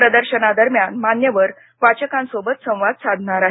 प्रदर्शनादरम्यान मान्यवर वाचकांसोबत संवाद साधणार आहेत